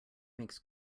makes